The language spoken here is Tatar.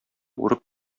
урып